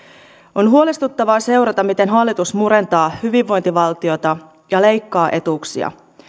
on huolestuttavaa seurata miten hallitus murentaa hyvinvointivaltiota ja leikkaa etuuksia